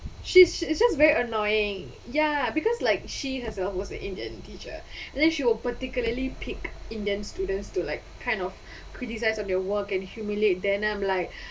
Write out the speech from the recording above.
she's she's just very annoying ya because like she herself was the indian teacher and then she will particularly pick indian students to like kind of criticize on their work and humiliate them I'm like